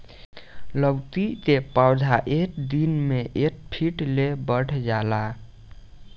लैकी के पौधा एक दिन मे एक फिट ले बढ़ जाला